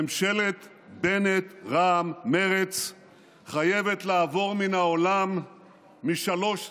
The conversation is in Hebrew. ממשלת בנט-רע"מ-מרצ חייבת לעבור מן העולם משלוש סיבות: